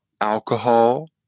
alcohol